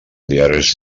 diaris